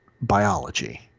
biology